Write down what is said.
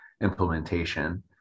implementation